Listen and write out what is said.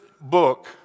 book